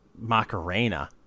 Macarena